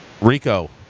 Rico